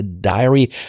diary